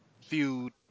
feud